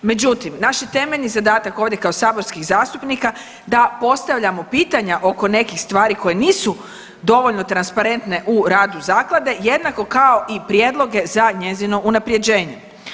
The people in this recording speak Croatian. Međutim, naš je temeljni zadatak ovdje kao saborskih zastupnika da postavljamo pitanja oko nekih stvari koje nisu dovoljno transparentne u radu zaklade jednako kao i prijedloge za njezino unaprjeđenje.